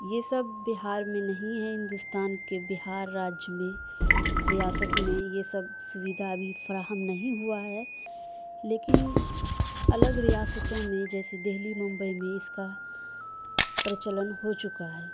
یہ سب بہار میں نہیں ہے ہندوستان کے بہار راج میں ریاست میں یہ سب سویدھا ا بھی فراہم نہیں ہوا ہے لیکن الگ ریاستوں میں جیسے دہلی ممبئی میں اس کا پرچلن ہو چکا ہے